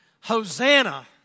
Hosanna